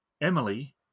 Emily